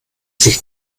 sich